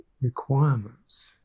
requirements